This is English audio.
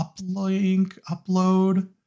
Upload